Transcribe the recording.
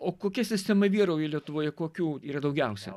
o kokia sistema vyrauja lietuvoje kokių yra daugiausia